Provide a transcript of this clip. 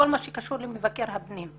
בכל מה שקשור במבקר הפנים.